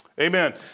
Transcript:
amen